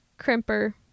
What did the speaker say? crimper